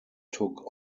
took